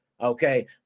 okay